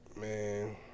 Man